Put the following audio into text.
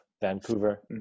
Vancouver